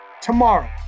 tomorrow